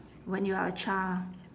when you are a child